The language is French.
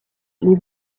les